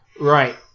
Right